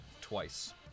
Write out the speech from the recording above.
twice